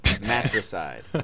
Matricide